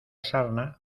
sarna